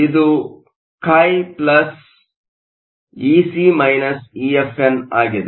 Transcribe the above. ಇದು χ ಆಗಿದೆ